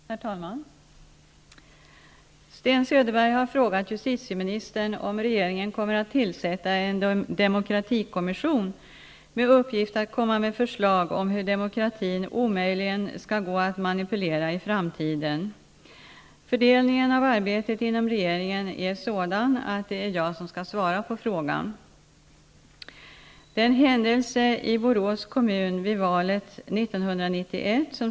Herr talman! Sten Söderberg har frågat justitieministern om regeringen kommer att tillsätta en demokratikommisssion med uppgift att komma med förslag om hur demokratin omöjligen skall gå att manipulera i framtiden. Fördelningen av arbetet inom regeringen är så fördelat att det är jag som skall svara på frågan.